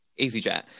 EasyJet